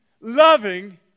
loving